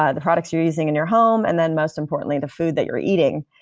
ah the products you're using in your home, and then most importantly, the food that you're eating,